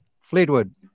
Fleetwood